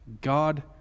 God